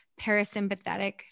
parasympathetic